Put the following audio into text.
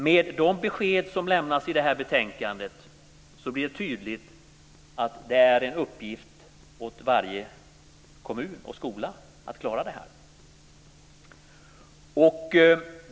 Med de besked som lämnas i betänkandet blir det tydligt att det är en uppgift för varje kommun och skola att klara detta.